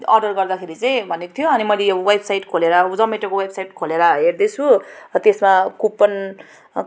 order गर्दाखेरि चाहिँ भनेको थियो अनि मैले यो वेबसाइट खोलेर जमेटोको वेबसाइट खोलेर हेर्दैछु त्यसमा कुपन